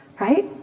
right